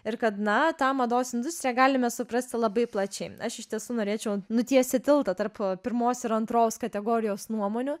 ir kad na tą mados industriją galime suprasti labai plačiai aš iš tiesų norėčiau nutiesti tiltą tarp pirmos ir antros kategorijos nuomonių